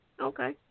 Okay